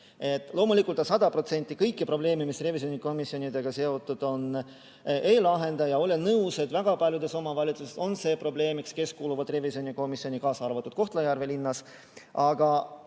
Loomulikult ta sada protsenti kõiki probleeme, mis revisjonikomisjonidega seotud on, ei lahenda. Olen nõus, et väga paljudes omavalitsustes on see probleemiks, kes kuuluvad revisjonikomisjoni, kaasa arvatud Kohtla-Järve linnas.